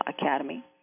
academy